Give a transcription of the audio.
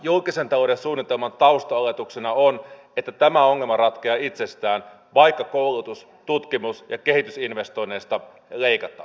julkisen talouden suunnitelman taustaoletuksena on että tämä ongelma ratkeaa itsestään vaikka koulutus tutkimus ja kehitysinvestoinneista leikataan